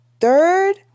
third